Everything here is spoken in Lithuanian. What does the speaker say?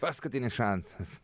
paskutinis šansas